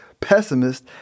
pessimist